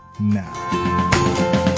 now